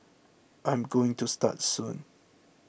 I'm going to start soon